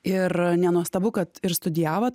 ir nenuostabu kad ir studijavot